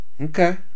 Okay